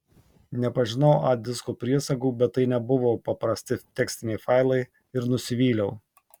nepažinau a disko priesagų bet tai nebuvo paprasti tekstiniai failai ir nusivyliau